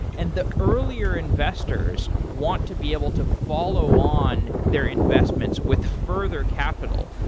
and the earlier investors want to be able to follow on their investments with further capital.